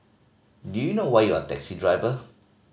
do you know why you're a taxi driver